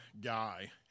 guy